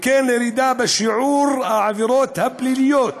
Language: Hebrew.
וכן לירידה בשיעור העבירות הפליליות